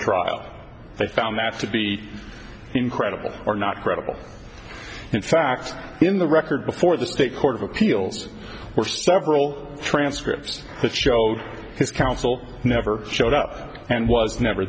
trial they found that to be incredible or not credible in facts in the record before the state court of appeals or several transcripts that showed his counsel never showed up and was never